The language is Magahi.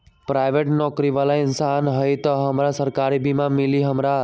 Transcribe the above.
पराईबेट नौकरी बाला इंसान हई त हमरा सरकारी बीमा मिली हमरा?